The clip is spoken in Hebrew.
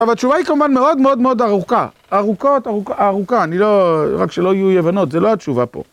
אבל התשובה היא כמובן מאוד מאוד מאוד ארוכה. ארוכות, ארוכה, אני לא, רק שלא יהיו יבנות, זה לא התשובה פה.